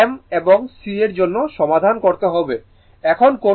m এবং c এর জন্য সমাধান করতে হবে এবং কোনও প্রয়োজন নেই